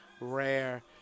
rare